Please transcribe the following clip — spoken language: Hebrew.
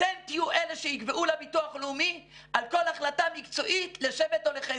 אתם תהיו אלה שיקבעו לביטוח לאומי על כל החלטה מקצועית לשבט או לחסד.